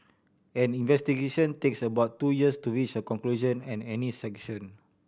any investigation takes about two years to reach a conclusion and any sanction